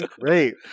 great